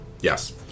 yes